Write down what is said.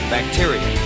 Bacteria